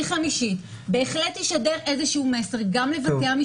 שני דברים מאוד קצרים: אתה דיברת על הצורך לעונש מינימום יותר נמוך